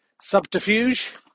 Subterfuge